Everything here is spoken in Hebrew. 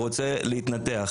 הוא רוצה להתנתח.